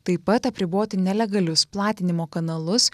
taip pat apriboti nelegalius platinimo kanalus